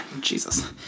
Jesus